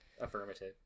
Affirmative